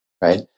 right